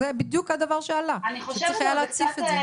זה בדיוק הדבר שעלה, שצריך היה להציף את זה.